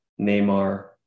Neymar